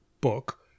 book